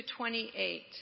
28